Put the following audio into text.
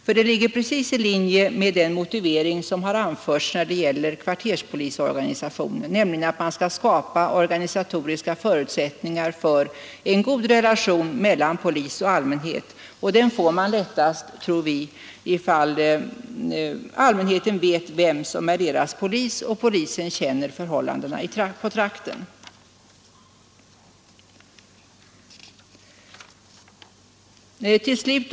Detta ligger precis i linje med den motivering som har anförts när det gäller kvarterspolisorganisationen, nämligen att man skall skapa organisatoriska förutsättningar för en god relation mellan polis och allmänhet, och den får man lättast, tror vi, ifall allmänheten vet vem som är dess polis och ifall polisen känner förhållandena i trakten.